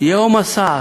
ייהום הסער.